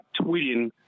tweeting